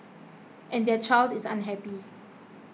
and their child is unhappy